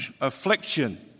affliction